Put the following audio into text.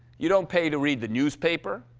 you don't pay to read the newspaper.